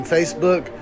Facebook